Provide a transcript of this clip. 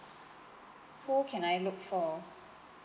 who can I look for